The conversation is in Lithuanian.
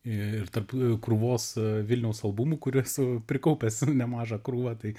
ir tarp krūvos vilniaus albumų kurių esu prikaupęs jau nemažą krūvą tai